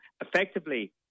effectively